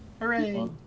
Hooray